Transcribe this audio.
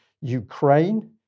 Ukraine